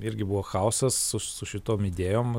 irgi buvo chaosas su su šitom idėjom